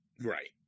right